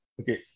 Okay